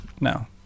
No